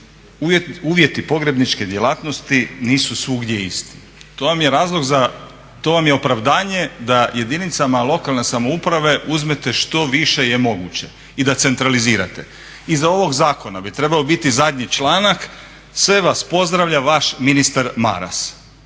uvjeti pogrebniče djelatnosti nisu svugdje isti. To vam je razlog, to vam je opravdanje da jedinicama lokalne samouprave uzmete što više je moguće i da centralizirate. Iza ovog zakona bi trebao biti zadnji članak sve vas pozdravlja vaš ministar Maras